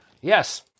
Yes